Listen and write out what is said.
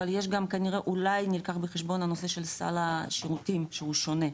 אבל אולי נלקח בחשבון הנושא של סל השירותים שהוא שונה.